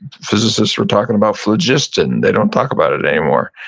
physicists were talking about phlogiston. they don't talk about it it anymore.